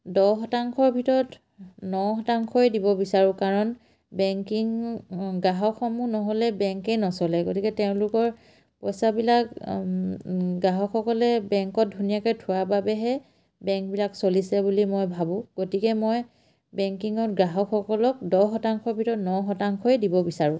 দহ শতাংশৰ ভিতৰত ন শতাংশই দিব বিচাৰোঁ কাৰণ বেংকিং গ্ৰাহকসমূহ নহ'লে বেংকেই নচলে গতিকে তেওঁলোকৰ পইচাবিলাক গ্ৰাহকসকলে বেংকত ধুনীয়াকৈ থোৱাৰ বাবেহে বেংকবিলাক চলিছে বুলি মই ভাবোঁ গতিকে মই বেংকিঙত গ্ৰাহকসকলক দহ শতাংশৰ ভিতৰত ন শতাংশই দিব বিচাৰোঁ